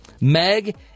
Meg